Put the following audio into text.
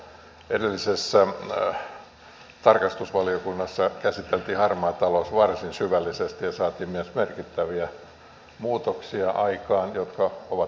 edellisessä tarkastusvaliokunnassa käsiteltiin harmaa talous varsin syvällisesti ja saatiin myös aikaan merkittäviä muutoksia jotka ovat jo vaikuttaneet ruotsin lainsäädäntöön